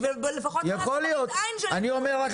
ולפחות נעשה מראית עין של ייבוא המקביל.